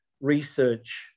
research